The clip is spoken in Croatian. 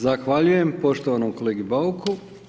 Zahvaljujem poštovanom kolegi Bauku.